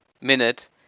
minute